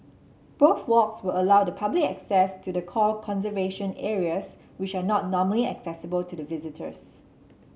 both walks will allow the public access to the core conservation areas which are not normally accessible to the visitors